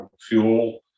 fuel